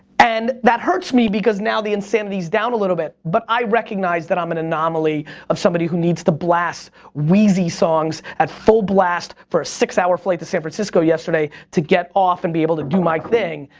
and that hurts me because now the insanity's down a little bit, but i recognize that i'm an anomaly of somebody who needs to blast weezy songs, at full blast, for a six-hour flight to san francisco yesterday to get off and be able to do my thing.